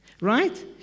Right